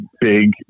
big